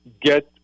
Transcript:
get